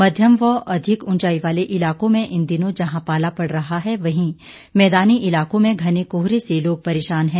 मध्यम व अधिक उंचाई वाले इलाकों में इन दिनों जहां पाला पड़ रहा है वहीं मैदानी इलाकों में घने कोहरे से लोग परेशान हैं